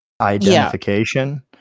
identification